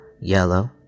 yellow